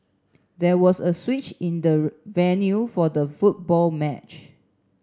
there was a switch in the venue for the football match